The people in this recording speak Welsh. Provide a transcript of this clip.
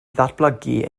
ddatblygu